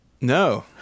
No